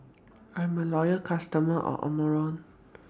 I'm A Loyal customer of Omron